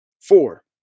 Four